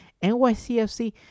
NYCFC